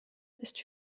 ist